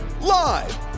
Live